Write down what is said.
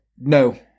no